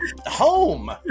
home